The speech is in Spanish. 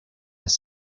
las